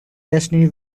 destiny